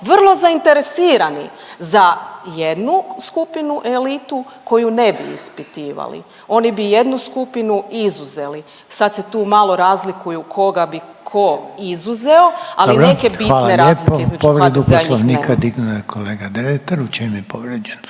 vrlo zainteresirani za jednu skupinu elitu koju ne bi ispitivali, oni bi jednu skupinu izuzeli. Sad se tu malo razlikuju koga bi ko izuzeo, ali neke bitne razlike između HDZ-a i njih nema.